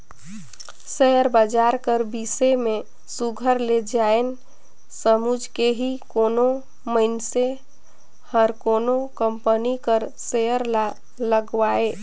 share बजार कर बिसे में सुग्घर ले जाएन समुझ के ही कोनो मइनसे हर कोनो कंपनी कर सेयर ल लगवाए